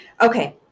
Okay